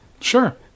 Sure